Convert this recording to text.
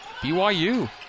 BYU